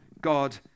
God